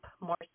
more